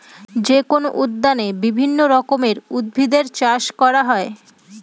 যেকোনো উদ্যানে বিভিন্ন রকমের উদ্ভিদের চাষ করা হয়